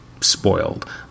spoiled